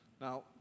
Now